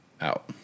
Out